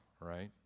right